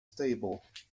stables